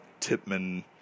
Tipman